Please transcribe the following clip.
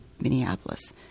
Minneapolis